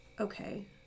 okay